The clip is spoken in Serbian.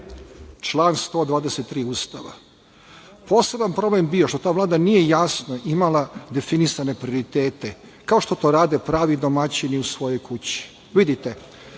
Član 123. Ustava. Poseban problem je bio što ta Vlada nije jasno imala definisane prioritete, kao što to rade pravi domaćini u svojoj kući.